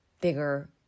bigger